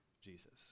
Jesus